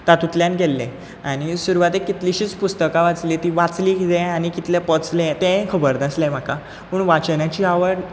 तातुंल्यान केल्लें आनी सुरवातीक कितलिशींच पुस्तकां वाचली तीं वाचलीं कितें आनी कितलें पचलें तेंवूय खबर नासलें म्हाका पूण वाचनाची आवड